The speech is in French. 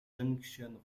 junction